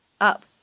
up